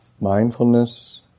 mindfulness